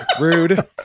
rude